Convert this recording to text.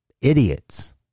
idiots